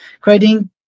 creating